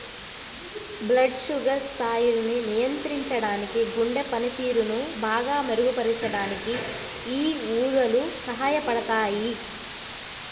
blood sugar స్థాయిల్ని నియంత్రించడానికి, గుండె పనితీరుని బాగా మెరుగుపరచడానికి యీ ఊదలు సహాయపడతయ్యి